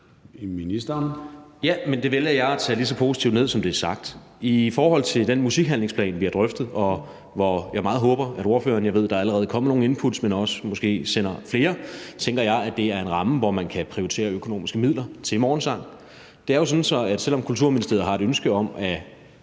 Engel-Schmidt): Det vælger jeg at tage lige så positivt ned, som det er sagt. I forhold til den musikhandlingsplan, vi har drøftet, og hvor jeg meget håber, at ordføreren måske også sender flere inputs – jeg ved, der allerede er kommet nogle – tænker jeg, at det er en ramme, hvor man kan prioritere økonomiske midler til morgensang. Det er sådan, at selv om Kulturministeriet har et ønske om at